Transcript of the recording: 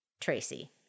Tracy